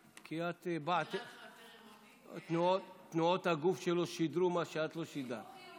שואל, תנועות הגוף שלו שידרו מה שאת לא שידרת.